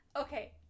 Okay